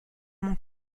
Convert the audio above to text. mon